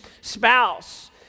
spouse